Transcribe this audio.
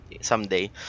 someday